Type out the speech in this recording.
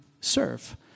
serve